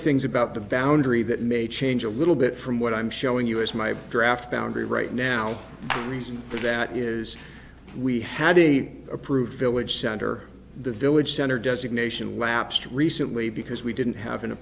things about the boundary that may change a little bit from what i'm showing you is my draft boundary right now reason for that is we had a approved village center the village center designation lapsed recently because we didn't